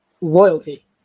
loyalty